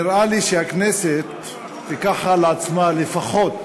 נראה לי שהכנסת תיקח על עצמה לפחות